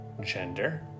gender